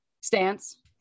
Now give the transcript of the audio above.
stance